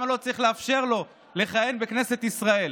למה לא צריך לאפשר לו לכהן בכנסת ישראל.